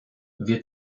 wir